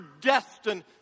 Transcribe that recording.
destined